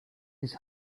his